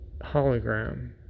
hologram